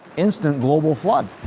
instant global flood!